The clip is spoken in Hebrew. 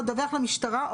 לדווח למשטרה,